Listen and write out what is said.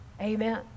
Amen